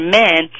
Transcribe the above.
men